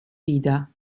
wieder